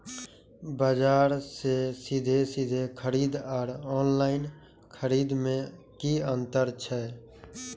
बजार से सीधे सीधे खरीद आर ऑनलाइन खरीद में की अंतर छै?